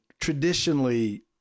traditionally